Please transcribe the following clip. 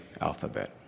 alphabet